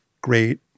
great